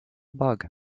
bug